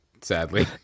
sadly